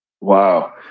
Wow